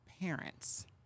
Parents